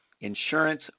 insurance